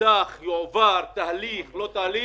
הובטח שהכסף יועבר, הובטח שיהיה תהליך, לא תהליך.